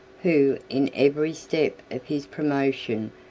who, in every step of his promotion,